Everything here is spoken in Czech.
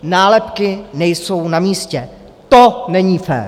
Nálepky nejsou namístě, to není fér!